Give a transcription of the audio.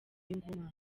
inguma